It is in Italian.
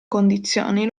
condizioni